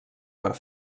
per